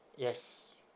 yes